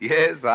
Yes